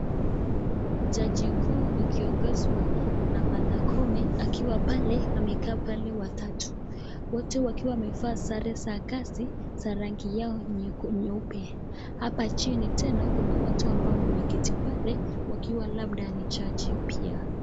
Jaji kuu ikiongozwa na Martha Koome akiwa pale amekaa pale watatu, wote wakiwa wamevaa sare za kazi za rangi yao nyeupe, hapa chini tena kuna watu ambao wameketi pale, wakiwa labda ni jaji mpya.